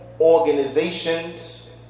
organizations